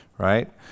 Right